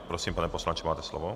Prosím, pane poslanče, máte slovo.